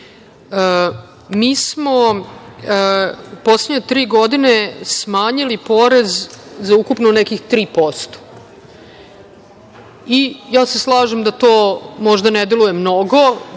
smo u poslednje tri godine smanjili porez za ukupno nekih 3%. Slažem se da to možda ne deluje mnogo,